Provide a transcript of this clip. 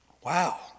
Wow